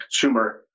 consumer